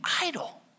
idol